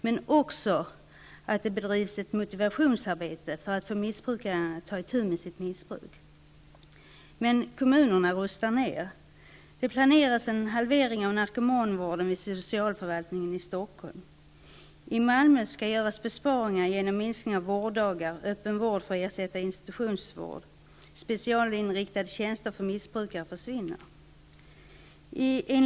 Det bör också bedrivas ett motivationsarbete för att få missbrukaren att ta itu med sitt missbruk. Kommunerna rustar ner. Det planeras en halvering av narkomanvården vid socialförvaltningen i Stockholm. I Malmö skall det göras besparingar genom minskning av vårddagar, öppen vård som ersättning för institutionsvård och genom att specialinriktade tjänster för missbrukare försvinner.